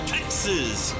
Texas